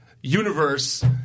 universe